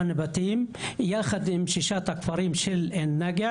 כשבאים להרוס בית לילד,